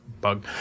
bug